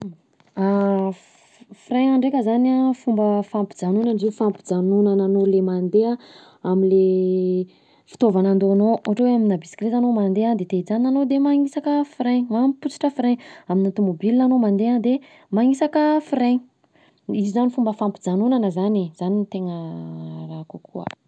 Frein-gna ndreka zany fomba fampijanona izy io, fampijanonana anao le mandeha amle fitaovana andaonao, ohatra hoe aminà bisikileta anao mandeha de te hijanona anao de manisaka frein, mampipositra frein aminà tomobilina anao mandeha de manisaka frien, izy io zany fomba fampijanonana zany e, zany no tegna raha akao koa.